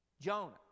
Jonah